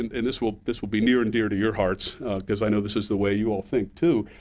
and and this will this will be near and dear to your hearts because i know this is the way you all think too,